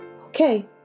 Okay